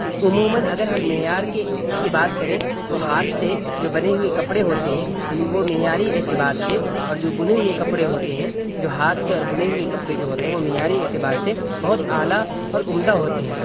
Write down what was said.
عموماً اگر ہم معیار کے کی بات کریں تو ہاتھ سے جو بنے ہوئے کپڑے ہوتے ہیں وہ معیاری اعتبار سے اور جو بنے ہوئے کپڑے ہوتے ہیں جو ہاتھ سے اور بنے ہوئے کپڑے جو ہوتے ہیں وہ معیاری اعتبار سے بہت اعلیٰ اور عمدہ ہوتے ہیں